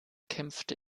kämpfte